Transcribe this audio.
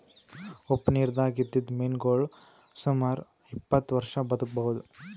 ಉಪ್ಪ್ ನಿರ್ದಾಗ್ ಇದ್ದಿದ್ದ್ ಮೀನಾಗೋಳ್ ಸುಮಾರ್ ಇಪ್ಪತ್ತ್ ವರ್ಷಾ ಬದ್ಕಬಹುದ್